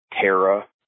Terra